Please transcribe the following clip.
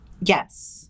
Yes